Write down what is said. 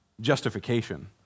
Justification